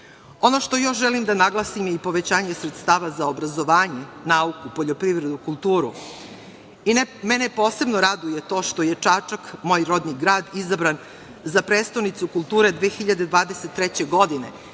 što još želim da naglasim je i povećanje sredstava za obrazovanje, nauku, poljoprivredu, kulturu. Mene posebno raduje to što je Čačak, moj rodni grad izabran za prestonicu kulture 2023. godine